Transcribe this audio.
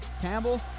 Campbell